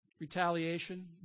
retaliation